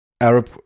Arab